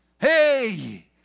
Hey